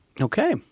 Okay